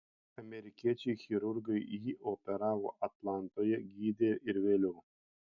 amerikiečiai chirurgai jį operavo atlantoje gydė ir vėliau